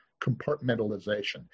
compartmentalization